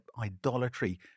idolatry